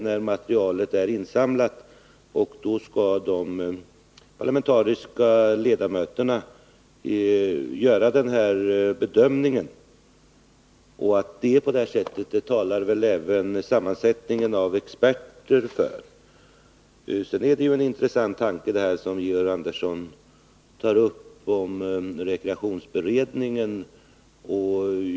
När materialet är färdiginsamlat skall de parlamentariska ledamöterna göra en sådan bedömning. Att det är på det sättet talar väl även sammansättningen av experter för. Det är en intressant tanke som Georg Andersson väcker, när han tar upp frågan om en koppling till rekreationsberedningen.